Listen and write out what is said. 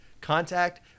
contact